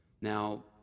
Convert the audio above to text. Now